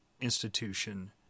institution